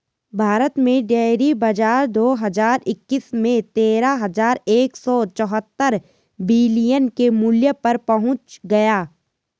भारत में डेयरी बाजार दो हज़ार इक्कीस में तेरह हज़ार एक सौ चौहत्तर बिलियन के मूल्य पर पहुंच गया